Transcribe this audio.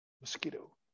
Mosquito